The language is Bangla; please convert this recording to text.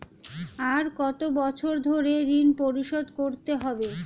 আর কত বছর ধরে ঋণ পরিশোধ করতে হবে?